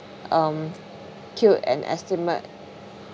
um killed an estimate